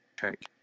check